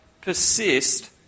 persist